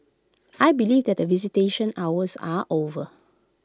I believe that the visitation hours are over